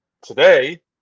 today